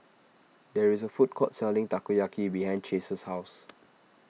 there is a food court selling Takoyaki behind Chace's house